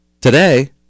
Today